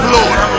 Lord